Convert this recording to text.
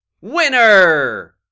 Winner